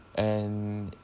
and